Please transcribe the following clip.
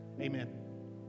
Amen